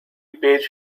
page